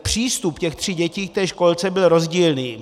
Přístup těch tří dětí k tě školce byl rozdílný.